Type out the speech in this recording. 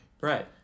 Right